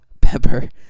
Pepper